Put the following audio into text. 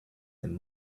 and